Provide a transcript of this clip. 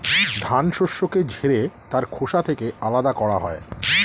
ধান শস্যকে ঝেড়ে তার খোসা থেকে আলাদা করা হয়